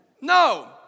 No